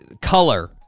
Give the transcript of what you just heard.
color